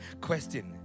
question